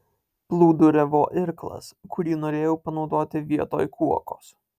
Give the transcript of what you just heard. plūduriavo irklas kurį norėjau panaudoti vietoj kuokos